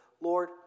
Lord